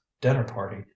dinner-party